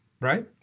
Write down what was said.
Right